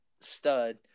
stud